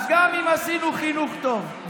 אז גם אם עשינו חינוך טוב,